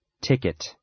Ticket